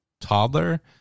toddler